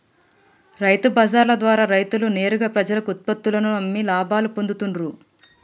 రైతు బజార్ల ద్వారా రైతులు నేరుగా ప్రజలకు ఉత్పత్తుల్లను అమ్మి లాభాలు పొందుతూండ్లు